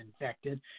infected